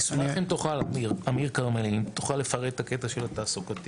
אני אשמח אם תוכל לפרט את הקטע של התעסוקתי,